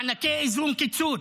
מענקי איזון, קיצוץ.